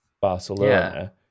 Barcelona